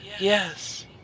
Yes